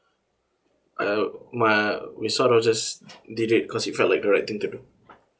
uh my we sort of just did it because it felt like the right thing to do